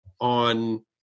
on